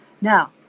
Now